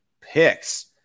picks –